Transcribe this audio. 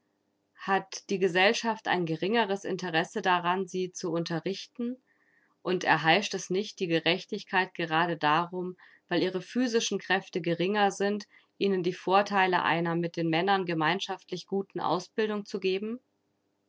hat die gesellschaft ein geringeres interesse daran sie zu unterrichten und erheischt es nicht die gerechtigkeit grade darum weil ihre physischen kräfte geringer sind ihnen die vortheile einer mit den männern gemeinschaftlich guten ausbildung zu geben